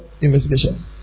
investigation